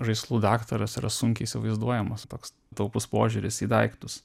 žaislų daktaras yra sunkiai įsivaizduojamas toks taupus požiūris į daiktus